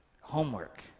homework